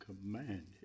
commanded